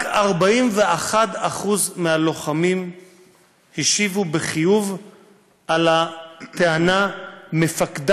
רק 41% מהלוחמים השיבו בחיוב על הטענה: מפקדי